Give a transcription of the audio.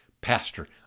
pastor